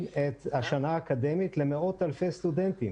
את השנה האקדמית למאות אלפי סטודנטים.